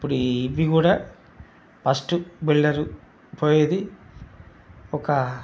ఇప్పుడు ఈ ఇవి కూడా ఫస్టు బిల్డరు పోయేది ఒక